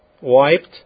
wiped